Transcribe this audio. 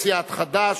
סיעת חד"ש.